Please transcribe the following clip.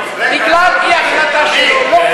בגלל אי-החלטה שלו,